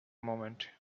moment